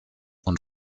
und